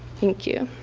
thank you.